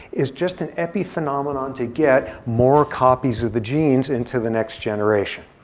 is just an epiphenomenon to get more copies of the genes into the next generation.